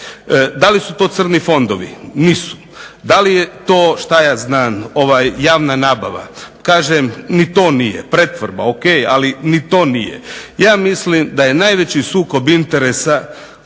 Da li su to crni fondovi? Nisu. Da li je to, što ja znam, javna nabava? Kažem ni to nije. Pretvorba? Ok, ali ni to nije. Ja mislim da je najveći sukob interesa